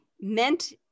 meant